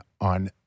on